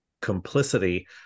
complicity